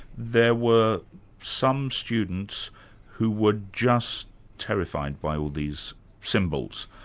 there were some students who were just terrified by all these symbols,